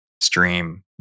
stream